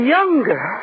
Younger